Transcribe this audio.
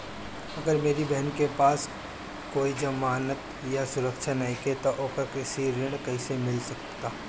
अगर मेरी बहन के पास कोई जमानत या सुरक्षा नईखे त ओकरा कृषि ऋण कईसे मिल सकता?